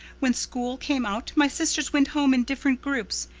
when school came out my sisters went home in different groups,